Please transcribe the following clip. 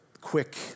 quick